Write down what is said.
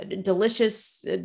delicious